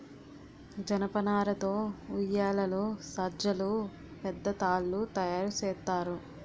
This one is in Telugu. జనపనార తో ఉయ్యేలలు సజ్జలు పెద్ద తాళ్లు తయేరు సేత్తారు